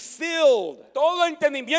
filled